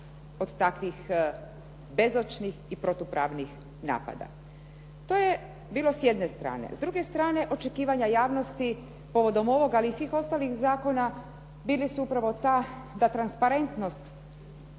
od takvih bezočnih i protupravnih napada. To je bilo s jedne strane. S druge strane očekivanja javnosti povodom ovoga, ali i svih ostalih zakona bili su upravo ta da transparentnost